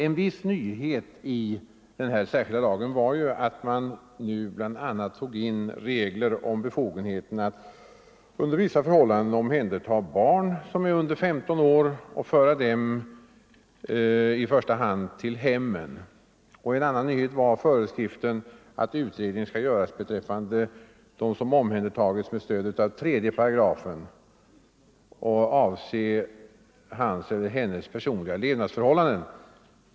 En viss nyhet i den särskilda lagen var att man nu bl.a. tog in regler om befogenheten att under speciella förhållanden omhänderta barn som är under 15 år och föra dem i första hand till hemmen. En annan nyhet var föreskriften att utredning skall göras beträffande dem som omhändertagits med stöd av 3 § och avse hans eller hennes personliga levnadsförhållanden.